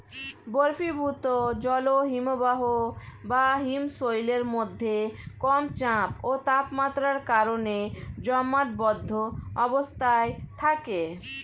বরফীভূত জল হিমবাহ বা হিমশৈলের মধ্যে কম চাপ ও তাপমাত্রার কারণে জমাটবদ্ধ অবস্থায় থাকে